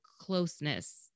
closeness